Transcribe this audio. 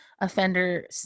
offender